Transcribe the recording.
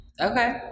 Okay